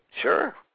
sure